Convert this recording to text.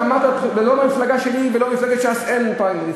אתה אמרת שבמפלגה שלי ובמפלגת ש"ס אין פריימריז.